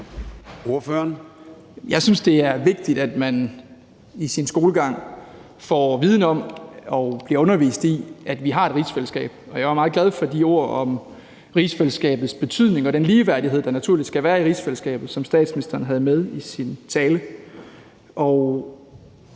Jeg synes, det er vigtigt, at man i sin skolegang får viden om og bliver undervist i, at vi har et rigsfællesskab, og jeg var meget glad for de ord om rigsfællesskabets betydning og den ligeværdighed, der naturligvis skal være i rigsfællesskabet, som statsministeren havde med i sin tale.